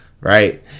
Right